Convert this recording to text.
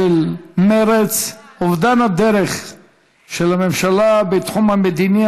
של מרצ: אובדן הדרך של הממשלה בתחום המדיני,